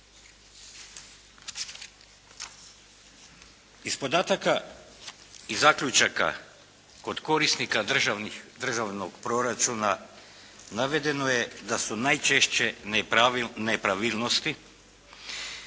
Iz podataka i zaključaka kod korisnika državnog proračuna navedeno je da su najčešće nepravilnosti